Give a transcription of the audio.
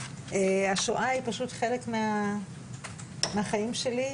השואה היא פשוט חלק מהחיים שלי.